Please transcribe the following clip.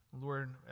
Lord